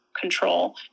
control